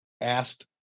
asked